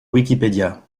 wikipedia